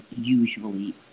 usually